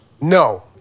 No